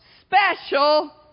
special